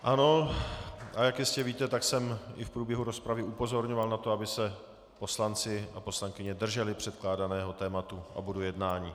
Ano, a jak jistě víte, tak jsem i v průběhu rozpravy upozorňoval na to, aby se poslanci a poslankyně drželi předkládaného tématu a bodu jednání.